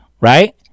right